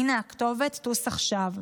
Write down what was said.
הינה הכתובת, טוס עכשיו.